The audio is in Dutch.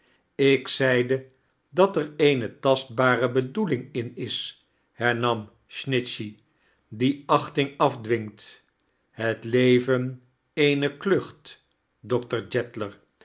ik zeide dat r eene tastbare bedoeiing in is hernam snitchey die achting afdwingt het leven eene klucht